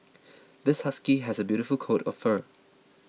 this husky has a beautiful coat of fur